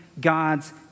God's